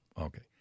okay